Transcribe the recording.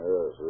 Yes